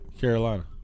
Carolina